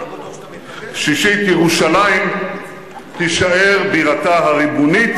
שישית: ירושלים תישאר בירתה הריבונית